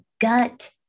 gut